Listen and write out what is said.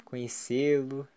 Conhecê-lo